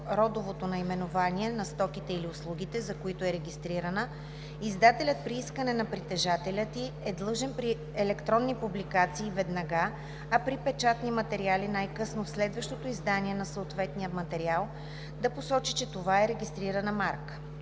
родовото наименование на стоките или услугите, за които е регистрирана, издателят при искане на притежателя ѝ е длъжен при електронни публикации веднага, а при печатни материали – най-късно в следващото издание на съответния материал да посочи, че това е регистрирана марка.“